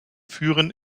führen